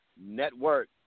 network